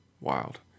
Wild